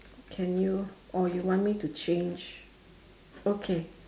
can you or you want me to change okay